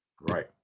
Right